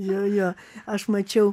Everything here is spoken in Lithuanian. jo jo aš mačiau